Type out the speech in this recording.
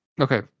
Okay